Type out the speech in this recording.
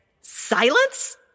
silence